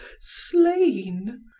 slain